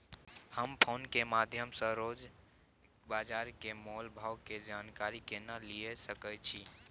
हम फोन के माध्यम सो रोज बाजार के मोल भाव के जानकारी केना लिए सके छी?